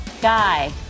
Guy